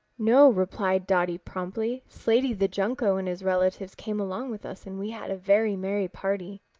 no, replied dotty promptly. slaty the junco and his relatives came along with us and we had a very merry party.